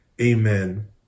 amen